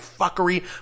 fuckery